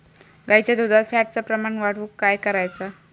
गाईच्या दुधात फॅटचा प्रमाण वाढवुक काय करायचा?